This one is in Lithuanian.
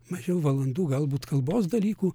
mažiau valandų galbūt kalbos dalykų